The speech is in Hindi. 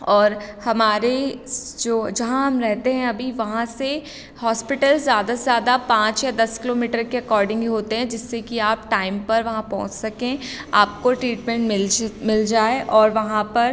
और हमारी जो जहाँ हम रहते हैं अभी वहाँ से हॉस्पिटल ज़्यादा से ज़्यादा पाँच या दस किलोमीटर के अकॉर्डिंग ही होते हैं जिससे कि आप टाइम पर वहाँ पहुँच सकें आपको ट्रीटमेंट मिल च मिल जाए और वहाँ पर